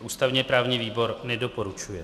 Ústavněprávní výbor nedoporučuje.